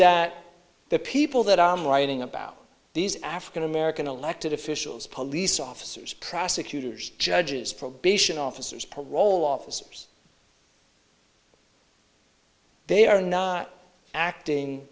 that the people that i'm writing about these african american elected officials police officers prosecutors judges from officers parole officers they are not acting